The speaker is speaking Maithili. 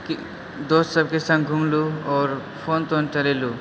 की दोस्त सभके सङ्ग घुमलु आओर फोन तोन चलयलु